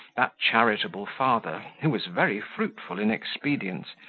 that charitable father, who was very fruitful in expedients,